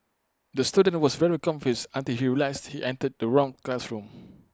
the student was very confused until he realised he entered the wrong classroom